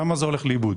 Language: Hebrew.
שם זה הולך לאיבוד.